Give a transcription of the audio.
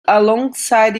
alongside